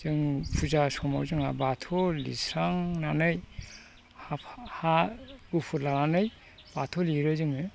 जों फुजा समाव जोंहा बाथौ लिरस्रांनानै हा गुफुर लानानै बाथौ लिरो जोङो